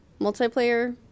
multiplayer